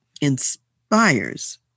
inspires